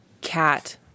cat